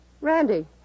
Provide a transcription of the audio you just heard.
Randy